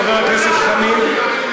חבר הכנסת חנין,